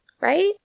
right